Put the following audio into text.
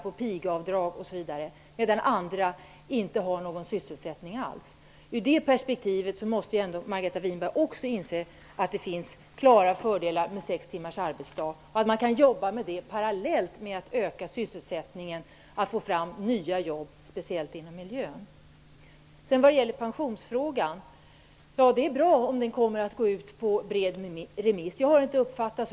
Då kan man bli frestad av tankar på pigavdrag osv. Ur det perspektivet måste ju även Margareta Winberg inse att det finns klara fördelar med sex timmars arbetsdag. Vi borde kunna jobba med det parallellt med att vi jobbar för att öka sysselsättningen och få fram nya jobb, speciellt inom miljöområdet. Det är bra om pensionsfrågan kommer att gå ut på bred remiss. Jag har inte uppfattat det så.